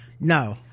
no